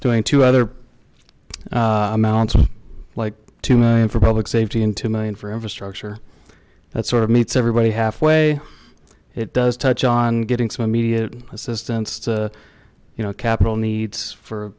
doing to other amounts of like two million for public safety in two million for infrastructure that sort of meets everybody halfway it does touch on getting some immediate assistance to you know capital needs for